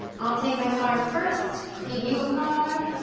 i'll take my card first, i'll give you a card,